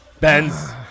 Benz